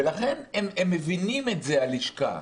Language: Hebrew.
ולכן, הם מבינים את זה הלשכה.